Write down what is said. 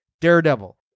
Daredevil